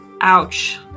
Ouch